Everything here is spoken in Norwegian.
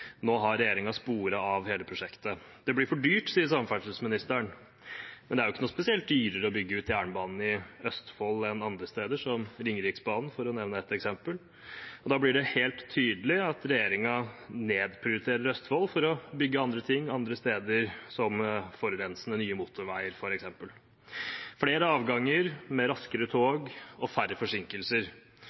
Nå har regjeringen sporet av hele prosjektet. Det blir for dyrt, sier samferdselsministeren. Men det er ikke noe spesielt dyrere å bygge ut jernbanen i Østfold enn andre steder, som Ringeriksbanen, for å nevne et eksempel. Da blir det helt tydelig at regjeringen nedprioriterer Østfold for å bygge andre ting andre steder, som nye, forurensende motorveier f.eks. Flere avganger med raskere tog og færre forsinkelser